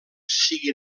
siguin